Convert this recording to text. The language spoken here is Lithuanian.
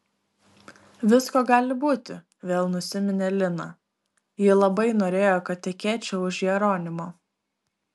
visko gali būti vėl nusiminė lina ji labai norėjo kad tekėčiau už jeronimo